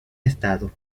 estado